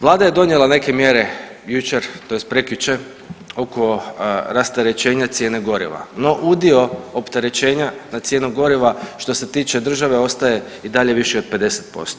Vlada je donijela neke mjere jučer tj. prekjučer oko rasterećenje cijene goriva, no udio opterećenja na cijenu goriva što se tiče države ostaje i dalje više od 50%